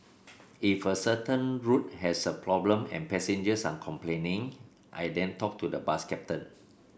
if a certain route has a problem and passengers are complaining I then talk to the bus captain